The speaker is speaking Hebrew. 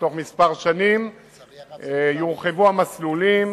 בתוך כמה שנים יורחבו המסלולים.